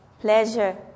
pleasure